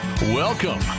Welcome